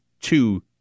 two